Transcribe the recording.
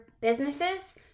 businesses